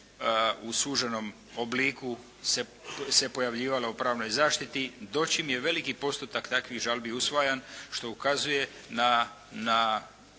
u suženom obliku se pojavljivala u pravnoj zaštiti doćim je veliki postotak takvih žalbi usvajan što ukazuje na